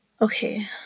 Okay